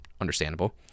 understandable